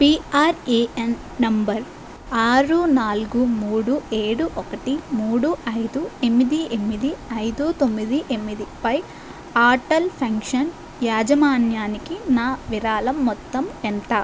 PRAN number ఆరు నాలుగు మూడు ఏడు ఒకటి మూడు ఐదు ఎనిమిది ఎనిమిది ఐదు తొమ్మిది ఎనిమిది పై అటల్ పెన్షన్ యాజమాన్యానికి నా విరాళం మొత్తం ఎంత